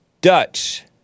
Dutch